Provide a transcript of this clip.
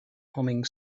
humming